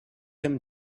him